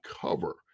cover